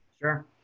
Sure